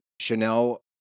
Chanel